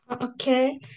okay